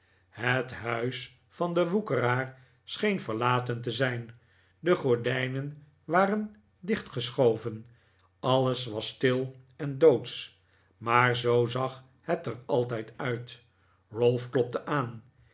het huis van den woekeraar scheen verlaten te zijn de gordijnen waren dichtgeschoven alles was stil en doodsch maar zoo zag het er altijd uit ralph klopte aan